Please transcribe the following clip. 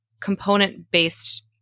component-based